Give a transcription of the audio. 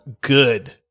Good